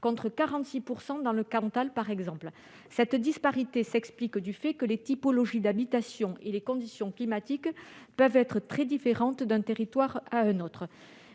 contre 46 % dans le Cantal, par exemple. Cette disparité s'explique par le fait que les typologies d'habitation et les conditions climatiques peuvent être très différentes d'un territoire à un autre.